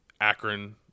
Akron